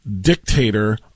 dictator